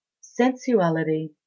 sensuality